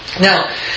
Now